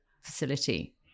facility